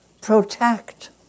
protect